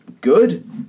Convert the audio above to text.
good